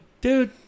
dude